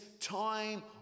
time